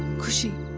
kushi